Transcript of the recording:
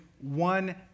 one